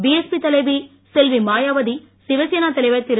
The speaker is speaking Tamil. பிஎஸ்பி தலைவி செல்வி மாயாவதி சிவசேனா தலைவர் திரு